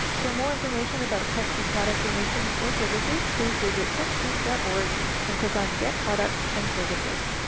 for more information about techsoup product donations or services please visit techsoup dot org and click on get products and services.